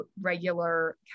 regular